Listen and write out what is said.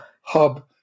Hub